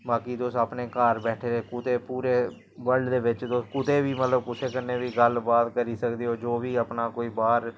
बाकी तुस अपने घर बैठे दे कुतै पूरे वर्ल्ड दे बिच्च तुस कुतै बी मतलब कुसै कन्नै बी गल्ल बात करी सकदे ओ जो बी अपना कोई बाह्र